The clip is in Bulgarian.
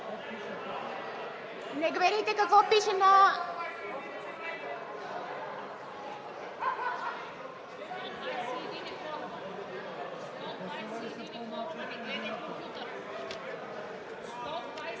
Не гледайте какво пише на...